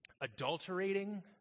adulterating